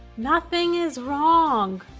nothing is wrong,